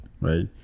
Right